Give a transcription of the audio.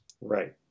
right